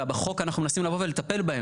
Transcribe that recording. ובחוק אנחנו מנסים לבוא ולטפל בהם.